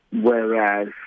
Whereas